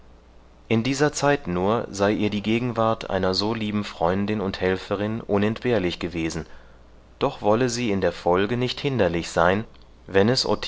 in dieser zeit nur sei ihr die gegenwart einer so lieben freundin und helferin unentbehrlich gewesen doch wolle sie in der folge nicht hinderlich sein wenn es